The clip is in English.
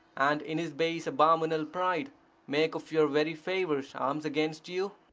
and in his base abominable pride make of your very favours arms against you?